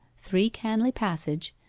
three canley passage,